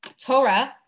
Torah